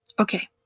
Okay